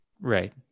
right